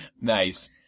nice